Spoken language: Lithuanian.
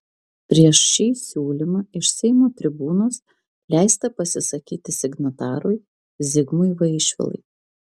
prieš šį siūlymą iš seimo tribūnos leista pasisakyti signatarui zigmui vaišvilai